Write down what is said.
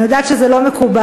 אני יודעת שזה לא מקובל,